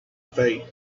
fate